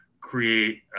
create